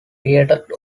created